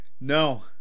No